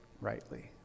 Rightly